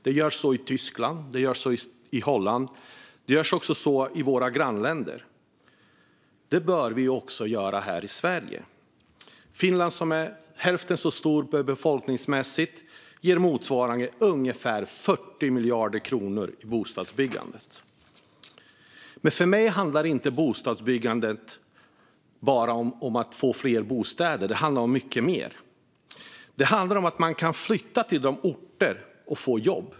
Det görs så i Tyskland, Holland och våra grannländer. Det bör vi också göra här i Sverige. Finland, som är hälften så stort befolkningsmässigt, ger motsvarande cirka 40 miljarder kronor till bostadsbyggandet. Men för mig handlar bostadsbyggandet inte bara om att få fler bostäder. Det handlar om mycket mer. Det handlar om att man kan flytta till orter och få jobb.